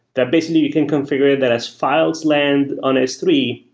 that basically you can configure that as files land on s three,